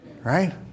Right